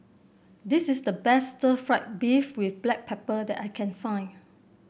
this is the best Stir Fried Beef with Black Pepper that I can find